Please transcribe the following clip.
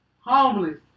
Homeless